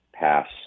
pass